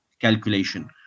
calculation